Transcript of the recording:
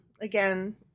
again